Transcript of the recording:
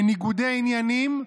בניגודי עניינים,